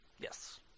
Yes